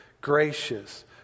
gracious